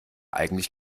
eigentlich